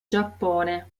giappone